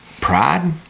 Pride